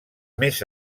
més